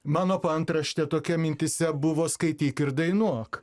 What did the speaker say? mano paantraštė tokia mintyse buvo skaityk ir dainuok